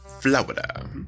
Florida